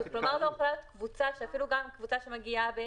ולעומת זאת ברכבת הקלה אין שום הגבלה לגבי